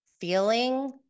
feeling